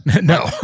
No